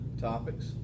topics